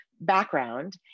background